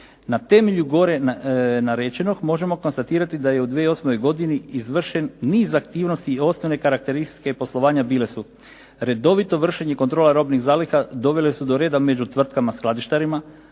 Na temelju gore narečenog možemo konstatirati da je u 2008. godini izvršen niz aktivnosti i osnovne karakteristike poslovanja bile su redovito vršenje kontrole robnih zaliha dovele su do reda među tvrtkama skladištarima,